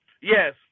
Yes